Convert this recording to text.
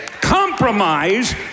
Compromise